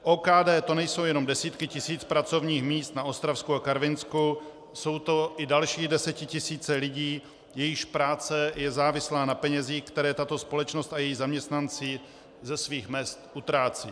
OKD, to nejsou jenom desítky tisíc pracovních míst na Ostravsku a Karvinsku, jsou to i další desetitisíce lidí, jejichž práce je závislá na penězích, které tato společnost a její zaměstnanci ze svých mezd utrácí.